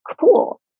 cool